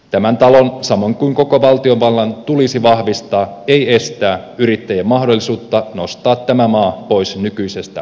tämän talon samoin kuin koko valtiovallan tulisi vahvistaa ei estää yrittäjien mahdollisuutta nostaa tämä maa pois nykyisestä taantumasta